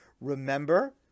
Remember